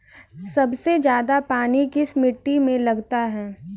सबसे ज्यादा पानी किस मिट्टी में लगता है?